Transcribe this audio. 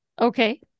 Okay